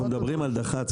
אנחנו מדברים על דח"צ.